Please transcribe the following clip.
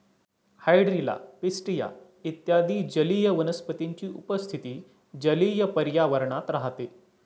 hydrilla, pistia इत्यादी जलीय वनस्पतींची उपस्थिती जलीय पर्यावरणात राहते